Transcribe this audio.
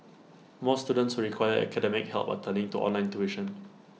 more students require academic help are turning to online tuition